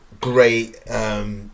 great